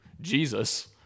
Jesus